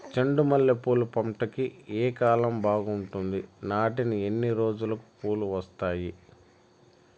చెండు మల్లె పూలు పంట కి ఏ కాలం బాగుంటుంది నాటిన ఎన్ని రోజులకు పూలు వస్తాయి